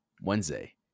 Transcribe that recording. wednesday